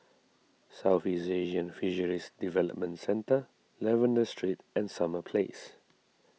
Southeast Asian Fisheries Development Centre Lavender Street and Summer Place